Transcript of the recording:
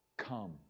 come